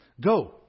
go